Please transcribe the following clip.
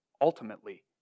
ultimately